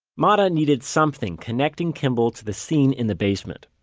motta needed something connecting kimball to the scene in the basement.